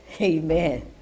Amen